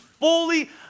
fully